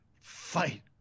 Fight